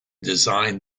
design